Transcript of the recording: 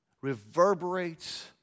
reverberates